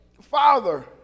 Father